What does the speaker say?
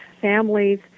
families